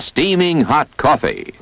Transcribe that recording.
steaming hot coffee